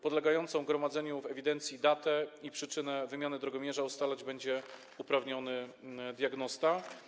Podlegającą gromadzeniu w ewidencji datę i przyczynę wymiany drogomierza ustalać będzie uprawniony diagnosta.